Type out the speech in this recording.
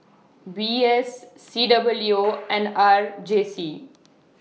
V S C W and R J C